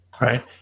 right